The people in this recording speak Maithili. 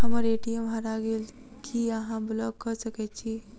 हम्मर ए.टी.एम हरा गेल की अहाँ ब्लॉक कऽ सकैत छी?